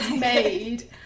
made